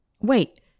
Wait